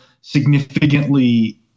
significantly